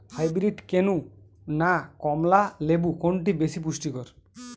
Hybrid কেনু না কমলা লেবু কোনটি বেশি পুষ্টিকর?